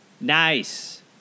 Nice